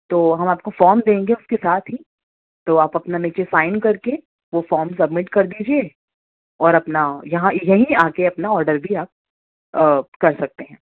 تو ہم آپ کو فام دیں گے اس کے ساتھ ہی تو آپ اپنا نیچے سائن کر کے وہ فام سبمٹ کر دیجیے اور اپنا یہاں یہیں آ کے اپنا آڈر بھی آپ کر سکتے ہیں